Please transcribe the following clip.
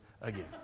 again